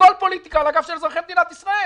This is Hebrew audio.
הכול פוליטיקה על הגב של אזרחי מדינת ישראל.